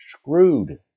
screwed